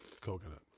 coconut